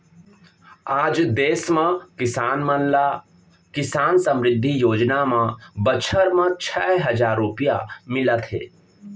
आज देस म किसान मन ल किसान समृद्धि योजना म बछर म छै हजार रूपिया मिलत हे